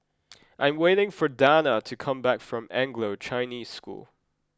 I am waiting for Dana to come back from Anglo Chinese School